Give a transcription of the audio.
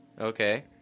Okay